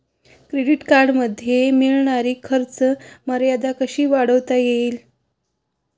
Credit कार्डमध्ये मिळणारी खर्च मर्यादा कशी वाढवता येईल?